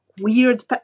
weird